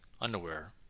underwear